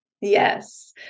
Yes